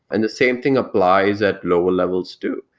and the same thing applies at lower levels too.